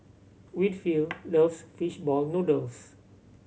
Winfield loves fish ball noodles